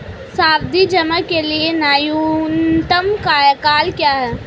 सावधि जमा के लिए न्यूनतम कार्यकाल क्या है?